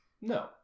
No